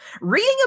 Reading